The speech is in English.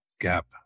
gap